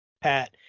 Pat